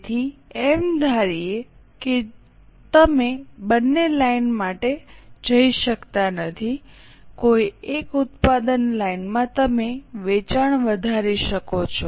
તેથી એમ ધારીએ કે તમે બંને લાઇનો માટે નથી જઈ શકતા કોઈ એક ઉત્પાદન લાઇન માં તમે વેચાણ વધારી શકો છો